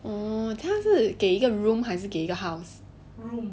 orh 他是给一个 room 还是给一个 house